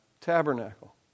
tabernacle